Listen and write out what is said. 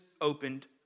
opened